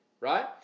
right